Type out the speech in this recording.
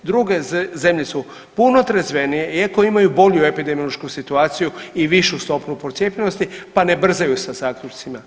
Druge zemlje su puno trezvenije iako imaju bolju epidemiološku situaciju i višu stopu procijepljenosti pa ne brzaju sa zaključcima.